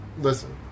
Listen